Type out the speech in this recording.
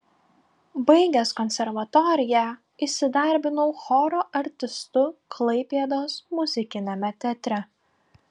baigęs konservatoriją įsidarbinau choro artistu klaipėdos muzikiniame teatre